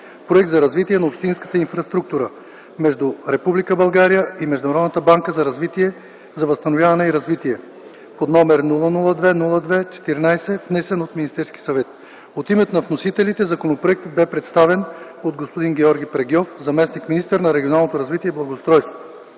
„Проект за развитие на общинската инфраструктура” между Република България и Международната банка за възстановяване и развитие, № 002-02-14, внесен от Министерски съвет. От името на вносителите законопроектът бе представен от господин Георги Прегьов - заместник-министър на регионалното развитие и благоустройството.